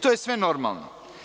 To je sve normalno.